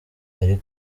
ari